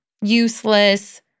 useless